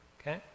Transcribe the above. Okay